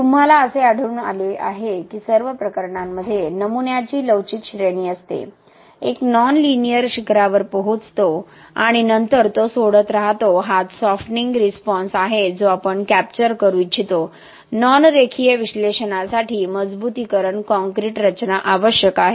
तुम्हाला असे आढळून आले आहे की सर्व प्रकरणांमध्ये नमुन्याची लवचिक श्रेणी असते एक नॉन लिनियर शिखरावर पोहोचतो आणि नंतर तो सोडत राहतो हाच सॉफ्टनिंग रिस्पॉन्स आहे जो आपण कॅप्चर करू इच्छितो नॉन रेखीय विश्लेषणासाठी मजबुतीकरण कंक्रीट रचना आवश्यक आहे